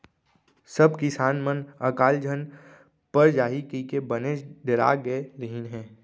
सब किसान मन अकाल झन पर जाही कइके बनेच डेरा गय रहिन हें